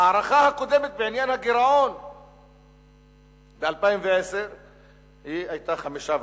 ההערכה הקודמת בעניין הגירעון ב-2010 היתה 5.5%,